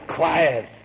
Quiet